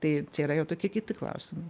tai čia yra jau tokie kiti klausimai